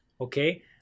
Okay